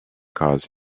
cause